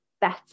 better